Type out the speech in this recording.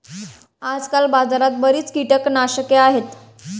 आजकाल बाजारात बरीच कीटकनाशके आहेत